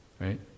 right